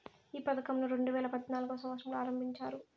ఈ పథకంను రెండేవేల పద్నాలుగవ సంవచ్చరంలో ఆరంభించారు